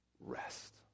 Rest